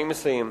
אני מסיים.